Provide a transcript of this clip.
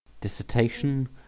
dissertation